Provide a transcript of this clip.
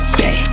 day